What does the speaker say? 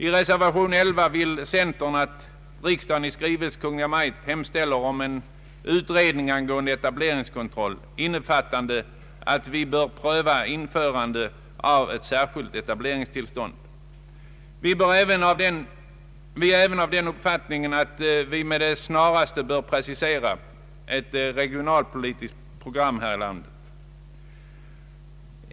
I reservation 11 vill centern att riksdagen i skrivelse till Kungl. Maj:t hemställer om en utredning angående etableringskontroll, innefattande förslag om att vi bör pröva införande av ett särskilt etableringstillstånd. Vi är även av den uppfattningen att man med det snaraste bör precisera ett regionalpolitiskt program för hela landet.